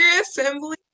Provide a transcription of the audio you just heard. assembly